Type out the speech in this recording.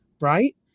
right